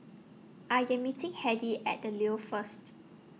I Am meeting Heidi At The Leo First